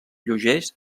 lleugers